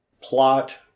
plot